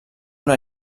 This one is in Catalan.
una